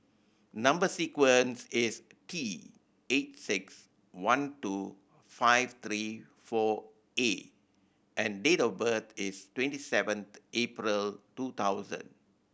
number sequence is T eight six one two five three four A and date of birth is twenty seven April two thousand